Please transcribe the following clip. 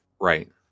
Right